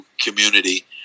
community